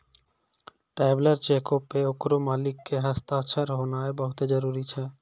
traveller चेको पे ओकरो मालिक के हस्ताक्षर होनाय बहुते जरुरी छै